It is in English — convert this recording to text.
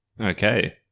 Okay